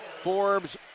Forbes